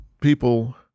people